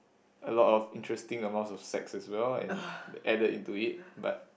a lot of interesting amounts of sex as well and added into it but